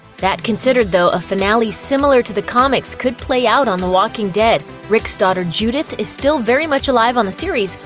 that considered, though, a finale similar to the comic's could play out on the walking dead. rick's daughter judith is still very much alive on the series,